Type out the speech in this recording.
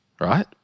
right